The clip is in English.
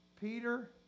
Peter